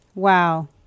Wow